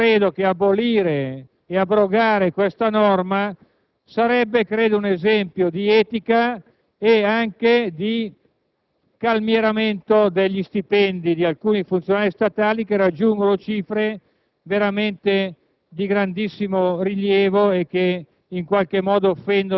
la conseguenza pratica di tutto ciò è che nel 2005 il personale del Ministero delle finanze si è distribuito e suddiviso 800 milioni di euro a mo' di gratifica